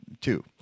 two